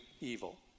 evil